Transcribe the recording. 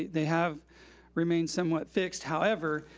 they have remained somewhat fixed. however,